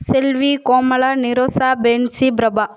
Selvi Komala Nirosha Benzi Prabha